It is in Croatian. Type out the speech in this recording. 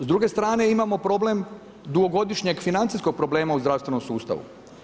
S druge strane imamo problem dugogodišnjeg financijskog problema u zdravstvenom sustavu.